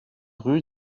rue